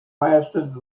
lasted